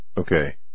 Okay